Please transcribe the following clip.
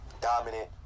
Dominant